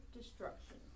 destruction